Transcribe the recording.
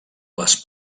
les